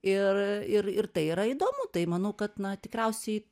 ir ir ir tai yra įdomu tai manau kad na tikriausiai